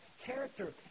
character